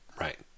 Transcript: right